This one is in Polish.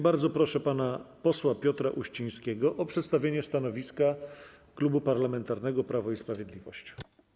Bardzo proszę pana posła Piotra Uścińskiego o przedstawienie stanowiska Klubu Parlamentarnego Prawo i Sprawiedliwość.